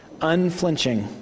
unflinching